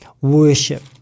worship